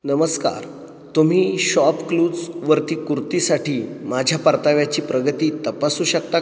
नमस्कार तुम्ही शॉपक्लूजवरती कुर्तीसाठी माझ्या परताव्याची प्रगती तपासू शकता